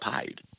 paid